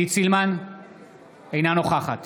אינה נוכחת